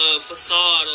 facade